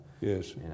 Yes